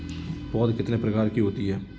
पौध कितने प्रकार की होती हैं?